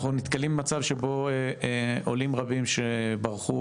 אנחנו נתקלים במצב שבו עולים רבים שברחו,